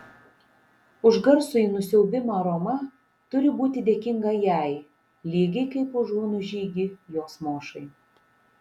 už garsųjį nusiaubimą roma turi būti dėkinga jai lygiai kaip už hunų žygį jos mošai